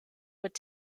would